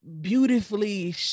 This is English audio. Beautifully